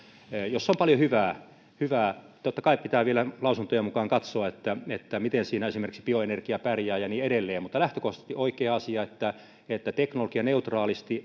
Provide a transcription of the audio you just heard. on paljon hyvää hyvää totta kai pitää vielä lausuntojen mukaan katsoa miten siinä esimerkiksi bioenergia pärjää ja niin edelleen mutta lähtökohtaisesti on oikea asia että että teknologianeutraalisti